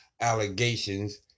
allegations